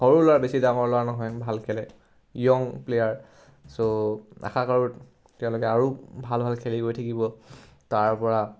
সৰু ল'ৰা বেছি ডাঙৰ ল'ৰা নহয় ভাল খেলে য়ং প্লেয়াৰ চ' আশা কৰোঁ তেওঁলোকে আৰু ভাল ভাল খেলি গৈ থাকিব তাৰপৰা